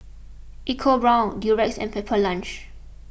EcoBrown's Durex and Pepper Lunch